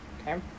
Okay